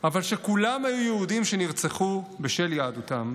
אבל כולם היו יהודים שנרצחו בשל יהדותם,